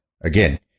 again